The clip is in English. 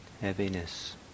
heaviness